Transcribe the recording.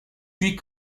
puis